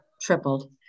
tripled